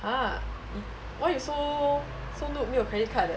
!huh! why you so so noob 没有 credit card 的